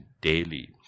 daily